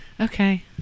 Okay